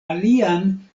alian